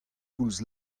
koulz